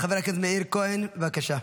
חבר הכנסת מאיר כהן, בבקשה.